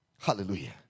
Hallelujah